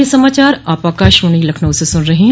ब्रे क यह समाचार आप आकाशवाणी लखनऊ से सून रहे हैं